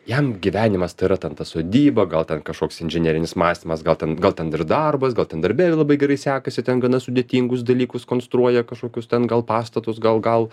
jam gyvenimas tai yra ten ta sodyba gal ten kažkoks inžinerinis mąstymas gal ten gal ten ir darbas gal ten darbe ir labai gerai sekasi ten gana sudėtingus dalykus konstruoja kažkokius ten gal pastatus gal gal